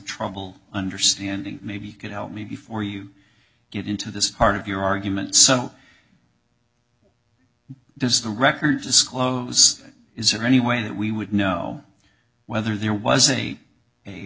trouble understanding maybe could help me before you get into this part of your argument so does the record disclose is there any way that we would know whether there was a a